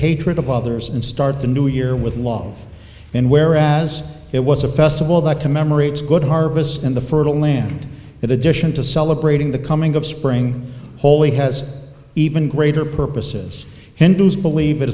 hatred of others and start the new year with law in whereas it was a festival that commemorates a good harvest in the fertile land in addition to celebrating the coming of spring holy has even greater purposes hindus believe it